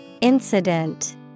Incident